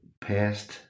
past